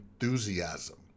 enthusiasm